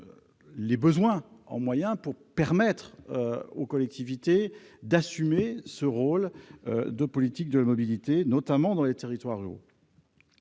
les moyens nécessaires pour permettre aux collectivités d'assumer leur rôle dans la politique de mobilité, notamment dans les territoires ruraux.